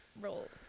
roll